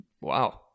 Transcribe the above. wow